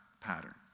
pattern